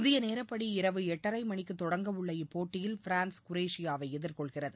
இந்திய நேரப்படி இரவு எட்டரை மணிக்கு தொடங்கவுள்ள இப்போட்டியில் பிரான்ஸ் குரேஷியாவை எதிர்கொள்கிறது